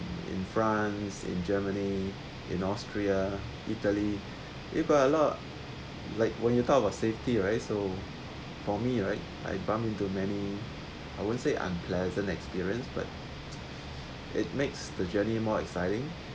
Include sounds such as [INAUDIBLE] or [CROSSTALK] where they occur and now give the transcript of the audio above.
in france in germany in austria italy people a lot like when you talk about safety right so for me right I bump into many I won't say unpleasant experience but [NOISE] it makes the journey more exciting